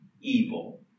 evil